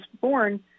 born